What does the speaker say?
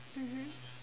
mmhmm